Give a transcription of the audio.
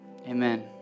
amen